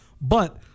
But-